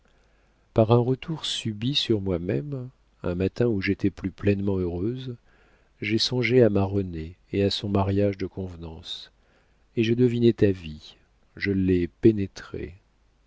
par un retour subit sur moi-même un matin où j'étais plus pleinement heureuse j'ai songé à ma renée et à son mariage de convenance et j'ai deviné ta vie je l'ai pénétrée